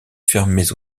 fermées